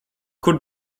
kur